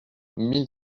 mille